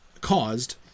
caused